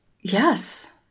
Yes